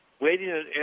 waiting